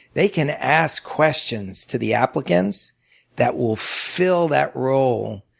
they can ask questions to the applicants that will fill that role